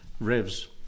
revs